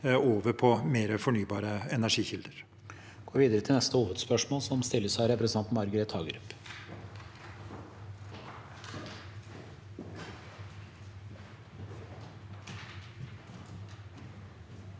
over til mer fornybare energikilder.